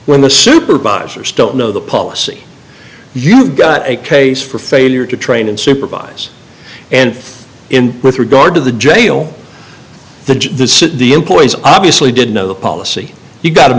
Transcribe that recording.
when the supervisors don't know the policy you've got a case for failure to train and supervise and in with regard to the jail the the employees obviously did know the policy you got